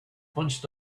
bunched